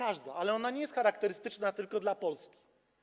Ale to nie jest charakterystyczne tylko dla Polski.